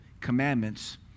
commandments